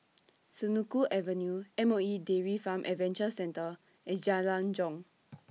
Senoko Avenue M O E Dairy Farm Adventure Centre and Jalan Jong